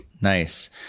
nice